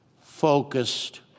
focused